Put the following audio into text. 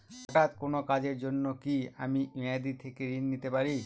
হঠাৎ কোন কাজের জন্য কি আমি মেয়াদী থেকে ঋণ নিতে পারি?